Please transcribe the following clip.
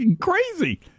crazy